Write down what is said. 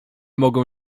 mogą